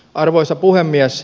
arvoisa puhemies